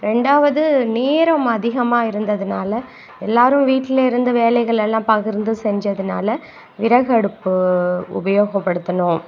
ரெண்டாவது நேரம் அதிகமாக இருந்ததனால எல்லோரும் வீட்டிலருந்து வேலைகளை எல்லாம் பகிர்ந்து செஞ்சதனால விறகு அடுப்பு உபயோகப்படுத்தினோம்